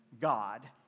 God